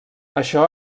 això